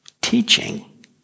teaching